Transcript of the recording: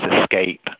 escape